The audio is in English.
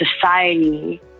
society